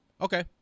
Okay